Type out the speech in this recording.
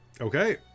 okay